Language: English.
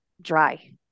dry